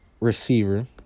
receiver